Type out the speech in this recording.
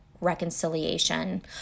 reconciliation